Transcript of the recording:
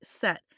set